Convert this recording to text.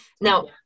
now